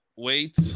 Wait